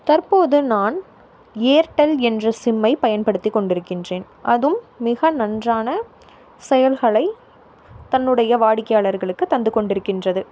தற்போது நான் ஏர்டெல் என்ற சிம்மை பயன்படுத்தி கொண்டு இருக்குகின்றேன் அதுவும் மிக நன்றான செயல்களை தன்னுடைய வாடிக்கையாளர்களுக்கு தந்துக்கொண்டு இருக்கின்றது